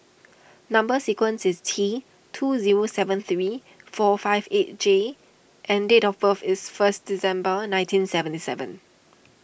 Number Sequence is T two zero seven three four five eight J and date of birth is first December nineteen seventy seven